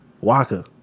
Waka